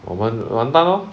我们完蛋咯